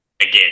again